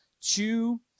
two